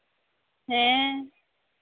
ᱦᱮᱸ